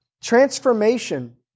Transformation